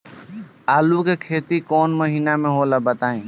आलू के खेती कौन महीना में होला बताई?